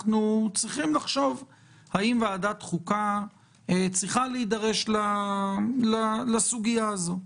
אנחנו צריכים לחשוב האם ועדת החוקה צריכה להידרש לסוגיה הזאת.